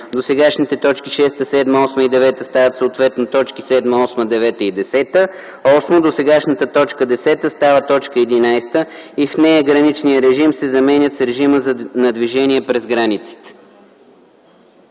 Досегашните т. 6, 7, 8 и 9 стават съответно т. 7, 8, 9 и 10. 8. Досегашната т. 10 става т. 11 и в нея думите „граничния режим” се заменят с „режима на движение през границите”.”